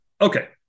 Okay